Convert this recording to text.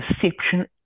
perception